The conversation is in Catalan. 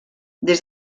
des